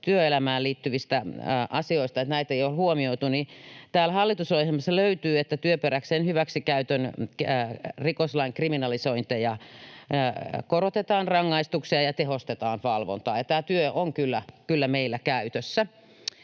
työelämään liittyvistä asioista, että näitä ei ole huomioitu. Täällä hallitusohjelmassa löytyy rikoslain työperäisen hyväksikäytön kriminalisoinnista, että korotetaan rangaistuksia ja tehostetaan valvontaa, ja tämä työ on kyllä meillä käytössä.